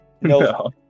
No